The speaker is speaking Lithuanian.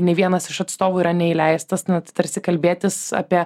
nei vienas iš atstovų yra neįleistas na tai tarsi kalbėtis apie